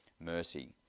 mercy